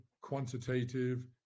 quantitative